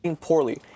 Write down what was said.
poorly